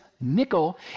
nickel